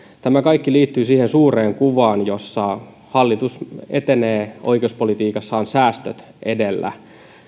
tämä kaikki liittyy siihen suureen kuvaan jossa hallitus etenee oikeuspolitiikassaan säästöt edellä